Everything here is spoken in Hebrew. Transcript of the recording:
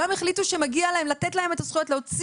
לגבי הבטחת הכנסה,